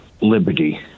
liberty